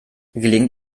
gelingt